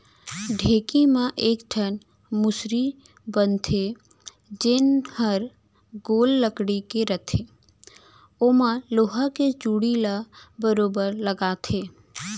ढेंकी म एक ठन मुसरी बन थे जेन हर गोल लकड़ी के रथे ओमा लोहा के चूड़ी ल बरोबर लगाथे